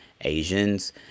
Asians